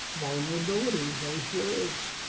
vulnerability, those words.